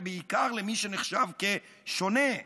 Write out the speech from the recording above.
בעיקר למי שנחשב כשונה.